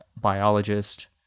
biologist